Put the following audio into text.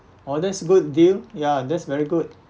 oh that's good deal ya that's very good